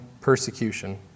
persecution